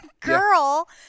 girl